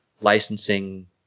licensing